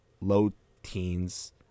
low-teens